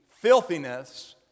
filthiness